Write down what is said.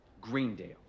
Greendale